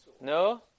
No